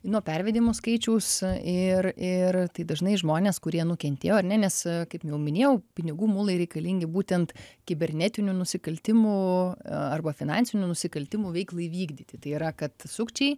nuo pervedimų skaičiaus ir ir tai dažnai žmonės kurie nukentėjo ar ne nes kaip jau minėjau pinigų mulai reikalingi būtent kibernetinių nusikaltimų arba finansinių nusikaltimų veiklai vykdyti tai yra kad sukčiai